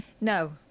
No